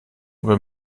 über